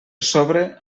sobre